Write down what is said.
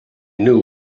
knew